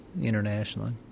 internationally